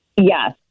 Yes